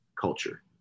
culture